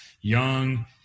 young